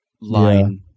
line